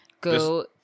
go